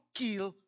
kill